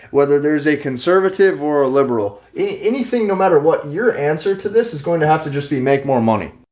whether there's a conservative or a liberal, anything, no matter what your answer to this is going to have to just be make more money.